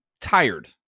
tired